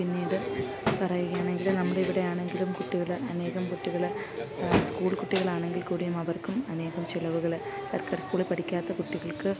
പിന്നീട് പറയുകയാണെങ്കിൽ നമ്മുടെ ഇവിടെയാണെങ്കിലും കുട്ടികൾ അനേകം കുട്ടികൾ സ്കൂൾ കുട്ടികളാണെങ്കിൽക്കൂടിയും അവർക്കും അനേകം ചിലവുകൾ സർക്കാർ സ്കൂളിൽ പഠിക്കാത്ത കുട്ടികൾക്ക്